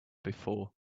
before